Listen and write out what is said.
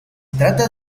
trata